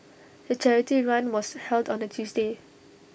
the charity run was held on A Tuesday